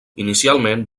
inicialment